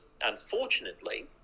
unfortunately